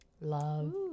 Love